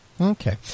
Okay